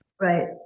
Right